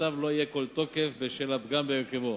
להחלטותיו לא יהיה כל תוקף בשל הפגם בהרכבו,